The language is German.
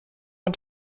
und